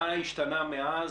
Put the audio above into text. מה השתנה מאז?